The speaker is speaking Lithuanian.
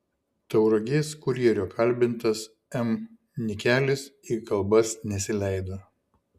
tauragės kurjerio kalbintas m nikelis į kalbas nesileido